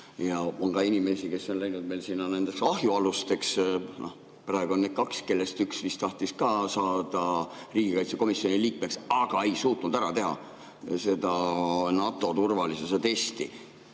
on ka inimesi, kes on läinud nendeks ahjualusteks. Praegu on neid kaks, kellest üks vist tahtis saada ka riigikaitsekomisjoni liikmeks, aga ei suutnud ära teha NATO turvalisuse testi.